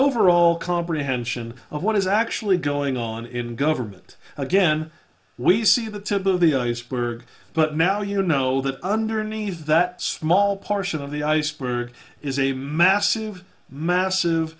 overall comprehension of what is actually going on in government again we see the tip of the iceberg but now you know that underneath that small portion of the iceberg is a massive massive